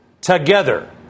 Together